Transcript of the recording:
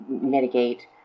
mitigate